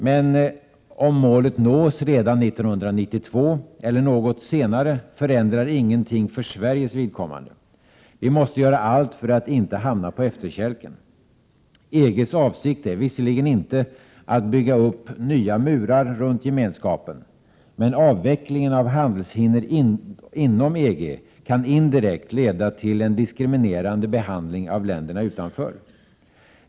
Men oavsett om målet nås redan 1992 eller något senare, förändrar det ingenting för Sveriges vidkommande. Vi måste göra allt för att inte hamna på efterkälken. EG:s avsikt är visserligen inte att bygga upp nya murar runt gemenskapen, men avvecklingen av handelshinder inom EG kan indirekt leda till en diskriminerande behandling av länderna utanför.